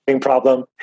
problem